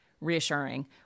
reassuring